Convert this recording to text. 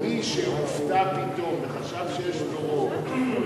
מי שהופתע פתאום וחשב שיש לו רוב,